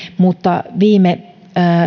mutta viime